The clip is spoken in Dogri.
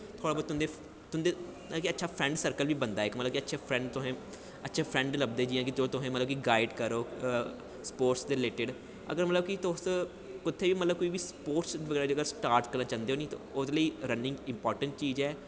थुहाढ़ा तुंदे अच्छा फ्रैंड सर्कल बनदा ऐ मतलब कि अच्छा फ्रैंड तुसें अच्छे फ्रैंड लब्भदे कि जो तुसेंगी गाईड़ करो स्पोटस दे रिलेटिड अगर मतलब कि तुस कुत्थै बी मतलब कि कोई स्पोटस बगैरा जेह्ड़ा स्टार्ट करना चांह्दे ओ नी ते ओह्दे लेई रनिंग इंपार्टैंट चीज ऐ